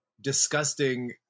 disgusting